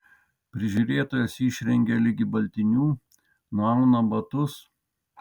prižiūrėtojas išrengia ligi baltinių nuauna batus